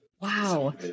Wow